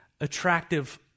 attractive